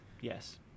yes